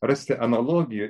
rasti analogijų